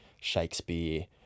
Shakespeare